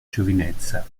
giovinezza